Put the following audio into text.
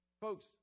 Folks